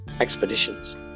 expeditions